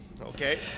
Okay